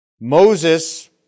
Moses